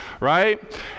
right